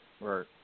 right